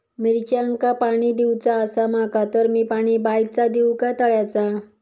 मिरचांका पाणी दिवचा आसा माका तर मी पाणी बायचा दिव काय तळ्याचा?